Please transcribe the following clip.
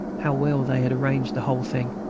how well they had arranged the whole thing!